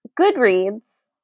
Goodreads